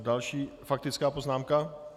Další faktická poznámka?